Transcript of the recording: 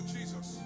Jesus